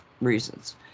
reasons